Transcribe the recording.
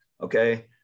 okay